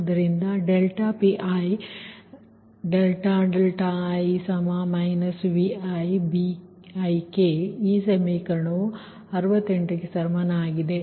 ಆದ್ದರಿಂದ ∂Pi∂δi |Vi|Bik ಈ ಸಮೀಕರಣ 68 ಸರಿಯಾಗಿದೆ